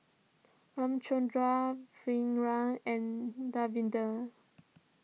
Ramchundra Virat and Davinder